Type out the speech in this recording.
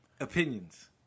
Opinions